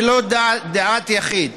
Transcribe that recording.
ולא דעת יחיד.